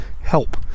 help